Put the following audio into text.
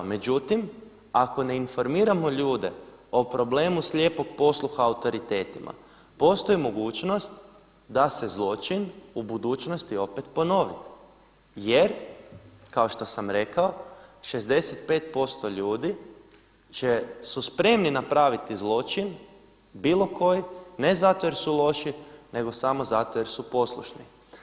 Međutim, ako ne informiramo ljude o problemu slijepog posluha autoritetima postoji mogućnost da se zločin u budućnosti opet ponovi jer kao što sam rekao 65% ljudi su spremni napraviti zločin bilo koji ne zato jer su loši, nego samo zato jer su poslušni.